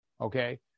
Okay